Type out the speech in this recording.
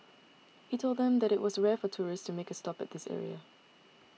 he told them that it was rare for tourists to make a stop at this area